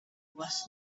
was